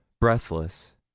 breathless